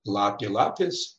lapė lapės